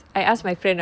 oh